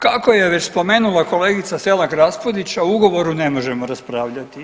Kako je već spomenula kolegica Selak Raspudić, a o ugovoru ne možemo raspravljati.